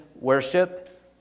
worship